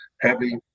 heavy